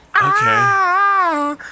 Okay